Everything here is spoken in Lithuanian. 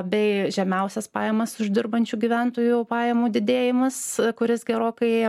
bei žemiausias pajamas uždirbančių gyventojų pajamų didėjimas kuris gerokai